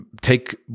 take